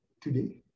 today